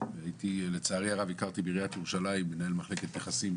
לצערי הרב הכרתי את מנהל מחלקת הנכסים